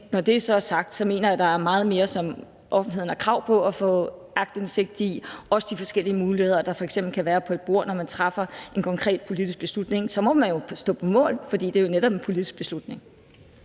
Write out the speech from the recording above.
når det så er sagt, mener jeg, at der er meget mere, som offentligheden har krav på at få aktindsigt i, også de forskellige muligheder, der f.eks. kan være på bordet, når man træffer en konkret politisk beslutning. Så må man jo stå på mål for det, for det er jo netop en politisk beslutning.